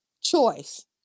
choice